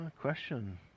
question